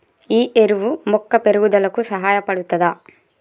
ఈ ఎరువు మొక్క పెరుగుదలకు సహాయపడుతదా?